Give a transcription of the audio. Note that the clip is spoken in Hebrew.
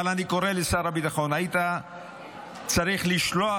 אני קורא לשר הביטחון: היית צריך לשלוח